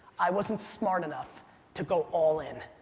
i wasn't smart enough to go all in.